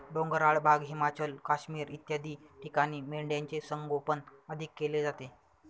डोंगराळ भाग, हिमाचल, काश्मीर इत्यादी ठिकाणी मेंढ्यांचे संगोपन अधिक केले जाते